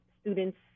students